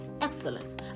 excellence